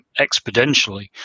exponentially